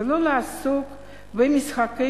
ולא לעסוק במשחקים